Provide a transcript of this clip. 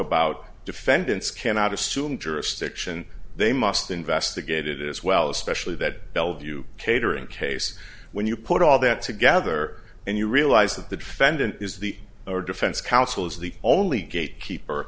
about defendants cannot assume jurisdiction they must investigated as well especially that bellevue catering case when you put all that together and you realize that the defendant is the or defense counsel is the only gate keeper